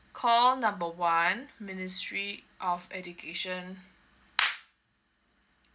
call number one ministry of education